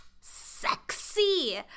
sexy